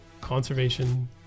conservation